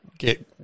Get